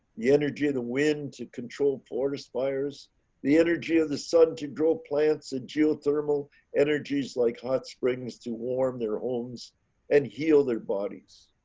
the energy of the wind to control for to spires the energy of the sun to grow plants and geothermal energies like hot springs to warm their homes and heal their bodies.